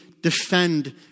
defend